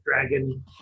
dragon